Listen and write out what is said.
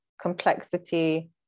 complexity